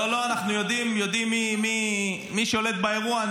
לא, לא, אנחנו יודעים מי שולט באירוע.